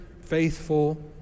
faithful